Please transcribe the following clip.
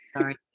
Sorry